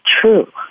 true